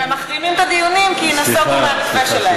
והם מחרימים את הדיונים, כי נסוגו מהמתווה שלהם.